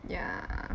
ya